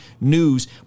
news